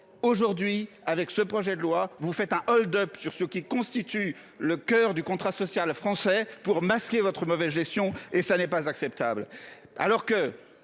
aujourd'hui. Avec ce projet de loi, vous faites un hold-up sur ce qui constitue le coeur du contrat social français pour masquer votre mauvaise gestion et ça n'est pas acceptable.